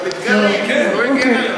מי שנכנסים באלימות אלה חברי הכנסת המתגרים.